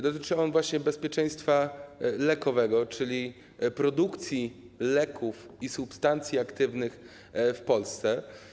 Dotyczy on właśnie bezpieczeństwa lekowego, czyli produkcji leków i substancji aktywnych w Polsce.